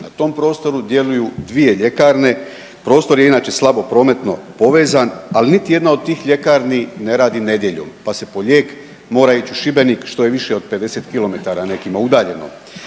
Na tom prostoru djeluju dvije ljekarne, prostor je inače slabo prometno povezan, ali niti jedna od tih ljekarni ne radi nedjeljom, pa se po lijek mora ići u Šibenik što je više od 50 kilometara nekima udaljeno.